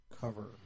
cover